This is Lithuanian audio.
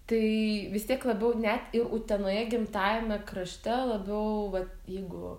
tai vis tiek labiau net ir utenoje gimtajame krašte labiau vat jeigu